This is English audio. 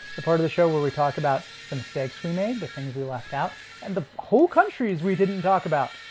the part of the show where we talk about the mistakes we made the things we left out and the whole countries we didn't talk about,